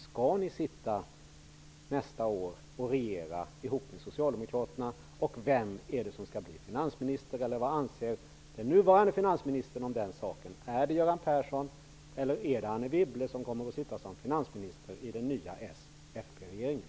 Skall ni regera ihop med Socialdemokraterna nästa år, och vem är det som skall bli finansminister? Vad anser den nuvarande finansministern om den saken? Är det Göran Persson eller är det Anne Wibble som kommer att sitta som finansminister i den nya s--fpregeringen?